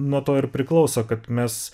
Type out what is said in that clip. nuo to ir priklauso kad mes